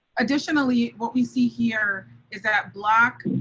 additionally, what we see here is that block.